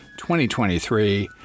2023